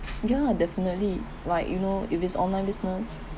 yeah definitely like you know if it's online business